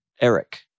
Eric